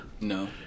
no